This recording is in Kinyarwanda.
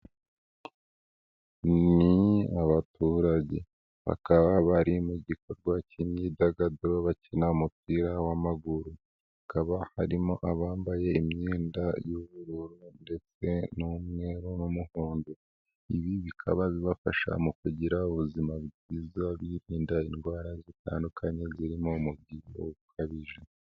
Ni abaturage, bakaba bari mu gikorwa cy'imyidagaduro bakina umupira w'amaguru, hakaba harimo abambaye imyenda y'ubururu ndetse n'umweru n'umuhondo, ibi bikaba bibafasha mu kugira ubuzima bwiza, birinda indwara zitandukanye zirimo umubyibuho ukabije.